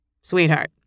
Sweetheart